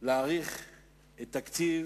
להאריך את הדיון בתקציב